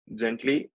gently